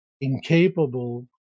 incapable